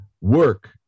Work